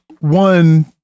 one